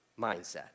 mindset